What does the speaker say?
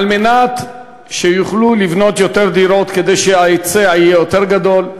על מנת שיוכלו לבנות יותר דירות כדי שההיצע יהיה יותר גדול,